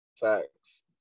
Facts